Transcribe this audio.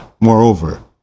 Moreover